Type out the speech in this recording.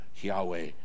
Yahweh